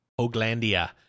Oglandia